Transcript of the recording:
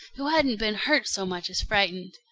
who hadn't been hurt so much as frightened.